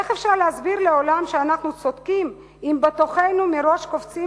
איך אפשר להסביר לעולם שאנחנו צודקים אם בתוכנו מראש קופצים